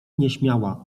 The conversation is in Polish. nieśmiała